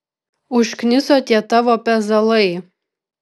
užkniso tie tavo pezalai